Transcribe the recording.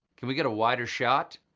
can we get a wider shot?